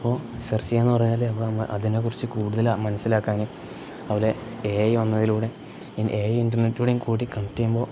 അപ്പോൾ സെർച്ച് ചെയ്യാമെന്ന് പറഞ്ഞാൽ നമ്മൾ അതിനെക്കുറിച്ച് കൂടുതൽ മനസ്സിലാക്കാനും അത് പോലെ എ ഐ വന്നതിലൂടെ എ ഐ ഇൻന്റർനെറ്റിലൂടെയും കൂടി കണക്ട് ചെയ്യുമ്പോൾ